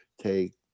take